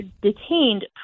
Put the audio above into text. detained